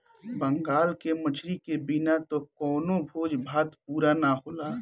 बंगाल में मछरी के बिना त कवनो भोज भात पुरे ना होला